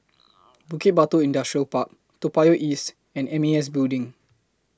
Bukit Batok Industrial Park Toa Payoh East and M A S Building